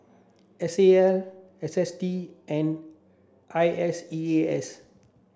S A L S S T and I S E A S